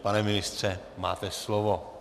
Pane ministře, máte slovo.